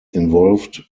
involved